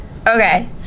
Okay